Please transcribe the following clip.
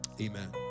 amen